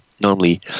normally